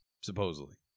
Supposedly